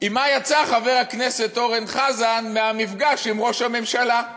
ועם מה יצא חבר הכנסת אורן חזן מהמפגש עם ראש הממשלה?